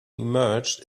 emerged